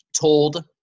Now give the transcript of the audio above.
told